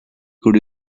could